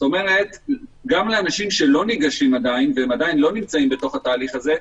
גם אנשים שלא ניגשו ועדיין לא נמצאים בתהליך הזה,